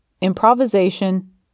Improvisation